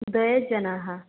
द्वौ जनाः